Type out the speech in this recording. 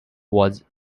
was